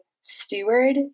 steward